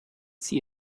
see